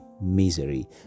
misery